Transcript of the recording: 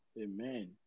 Amen